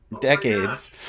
decades